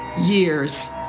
years